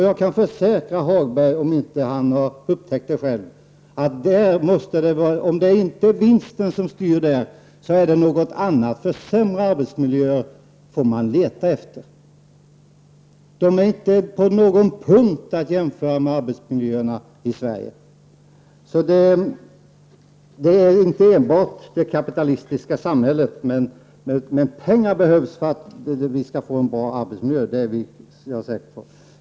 Jag kan försäkra Hagberg, om han inte har upptäckt det själv, att om det inte är vinsten som styr där, så är det i stället något anant. Sämre arbetsmiljöer får man nämligen leta efter. De är inte på någon punkt att jämföra med arbetsmiljöerna i Sverige. Det är alltså inte enbart det kapitalistiska samhället som är avgörande. Men jag är säker på att pengar behövs för att vi skall få en bra arbetsmiljö.